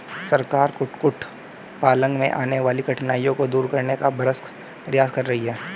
सरकार कुक्कुट पालन में आने वाली कठिनाइयों को दूर करने का भरसक प्रयास कर रही है